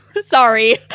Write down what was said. sorry